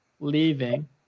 leaving